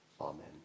Amen